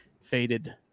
faded